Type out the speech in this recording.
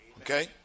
Okay